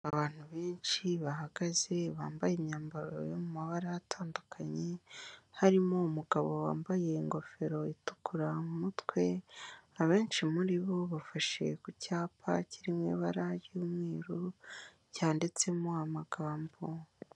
Abantu benshi bahagaze bambaye imyambaro yo mabara atandukanye, harimo umugabo wambaye ingofero itukura mutwe, abenshi muri bo bafashe ku cyapa kirimo ibara ry'umweru cyanditsemo amagambo.